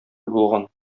булган